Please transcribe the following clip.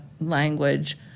language